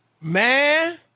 Man